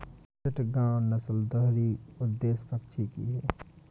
चिटगांव नस्ल दोहरी उद्देश्य पक्षी की है